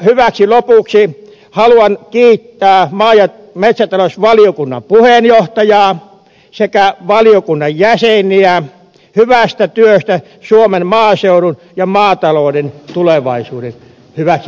hyväksi lopuksi haluan kiittää maa ja metsätalousvaliokunnan puheenjohtajaa sekä valiokunnan jäseniä suomen maaseudun ja maatalouden tulevaisuuden hyväksi tekemästänne hyvästä työstä